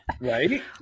Right